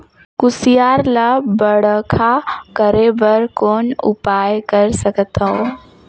कुसियार ल बड़खा करे बर कौन उपाय कर सकथव?